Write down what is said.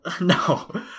No